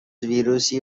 ویروسی